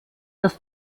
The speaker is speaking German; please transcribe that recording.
das